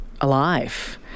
alive